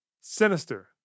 Sinister